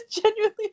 genuinely